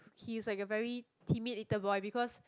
he's like a very timid little boy because